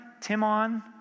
Timon